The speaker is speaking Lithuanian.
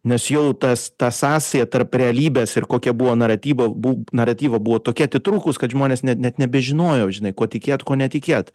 nes jau tas ta sąsaja tarp realybės ir kokia buvo naratyvo bu naratyvo buvo tokia atitrūkus kad žmonės net net nebežinojo žinai kuo tikėt kuo netikėt